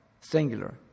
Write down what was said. singular